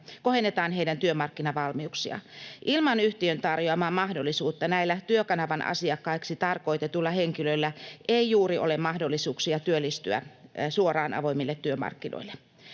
kohennetaan heidän työmarkkinavalmiuksiaan. Ilman yhtiön tarjoamaa mahdollisuutta näillä Työkanavan asiakkaiksi tarkoitetuilla henkilöillä ei juuri ole mahdollisuuksia työllistyä suoraan avoimille työmarkkinoille.